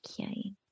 Okay